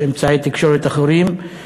אמצעי תקשורת אחרים,